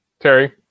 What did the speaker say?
Terry